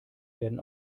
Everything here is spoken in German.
werden